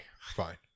fine